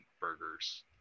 burgers